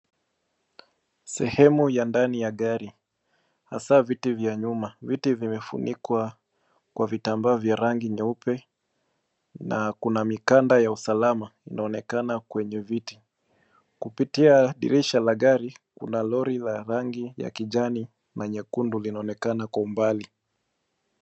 Sehemu ya ndani ya gari, hasa viti vya nyuma. Viti vimefunikwa kwa vitambaa vya rangi nyeupe na kuna mikanda ya usalama inaonekana kwenye viti. Kupitia dirisha la gari, kuna lori la rangi ya kijani na nyekundu linaonekana kwa umbali.